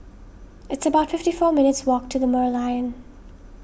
it's about fifty four minutes walk to the Merlion